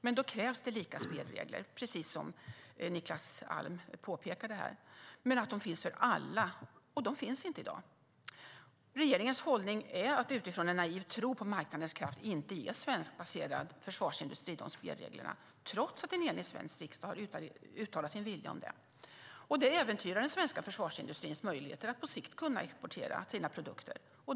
Men då krävs det lika spelregler för alla - precis som Niklas Alm påpekar i artikeln - och de finns inte i dag. Regeringens hållning är att utifrån en naiv tro på marknadens kraft inte ge svenskbaserad försvarsindustri dessa spelregler, trots att en enig svensk riksdag har uttalat sin vilja om det. Det äventyrar den svenska försvarsindustrins möjligheter att på sikt exportera sina produkter.